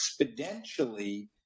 exponentially